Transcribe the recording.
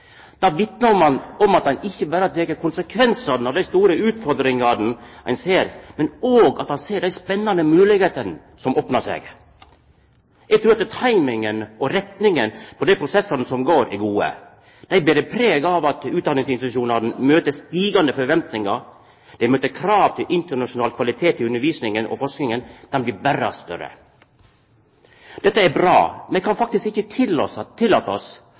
Det vitnar om at ein ikkje berre har teke konsekvensane av dei store utfordringane ein ser, men at ein òg ser dei spennande moglegheitene som opnar seg. Eg trur at timinga og retninga for dei prosessane som går, er god. Dei ber preg av at utdanningsinstitusjonane møter stigande forventningar. Dei møter krav til internasjonal kvalitet i undervisninga, og forskinga blir berre større. Det er bra. Vi kan faktisk ikkje tillata oss